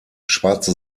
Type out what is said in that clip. schwarze